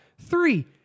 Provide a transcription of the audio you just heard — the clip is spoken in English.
Three